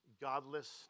godless